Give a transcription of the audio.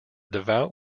devout